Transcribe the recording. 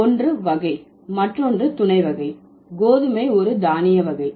ஒன்று வகை மற்றொன்று துணை வகை கோதுமை ஒரு தானிய வகை